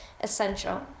essential